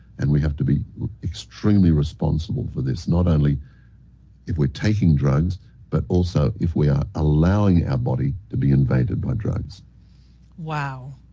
and we have to be extremely responsible for this, not only if we're taking drugs but also if we are allowing our body to be invaded by drugs. sandra wow.